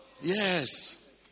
Yes